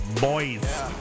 Boys